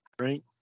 right